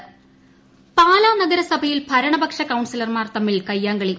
പാലാ നഗരസഭ പാലാ നഗരസഭയിൽ ഭരണപക്ഷ കൌൺസിലർമാർ തമ്മിൽ കയ്യാങ്കളി